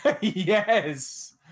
yes